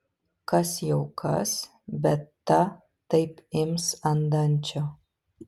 kas jau kas bet ta taip ims ant dančio